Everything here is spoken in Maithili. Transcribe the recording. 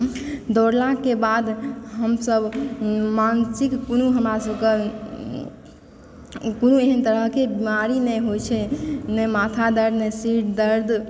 दौड़लाके बाद हमसब मानसिक कोनो हमरा सबकेँ कोनो एहन तरहकेँ बीमारी नहि होइ छै नहि माथा दर्द नहि सिर दर्द